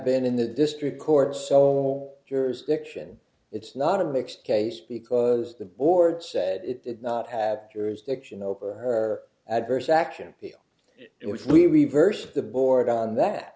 been in the district court so all jurisdiction it's not a mixed case because the board said it did not have jurisdiction over her adverse action which we reversed the board on that